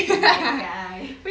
that guy